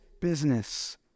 business